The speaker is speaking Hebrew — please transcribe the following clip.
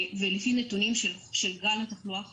ולפי נתונים של גל התחלואה האחרון,